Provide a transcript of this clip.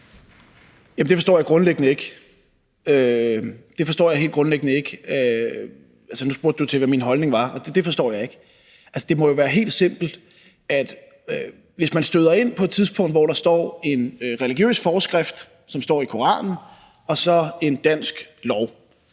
Jamen det forstår jeg grundlæggende ikke; det forstår jeg helt grundlæggende ikke. Nu spurgte du til, hvad min holdning var, og det er, at det forstår jeg ikke. Altså, det må jo være helt simpelt, at hvis man støder ind i noget på et tidspunkt, hvor der er en religiøs forskrift, som står i Koranen, og så en dansk lov,